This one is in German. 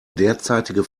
derzeitige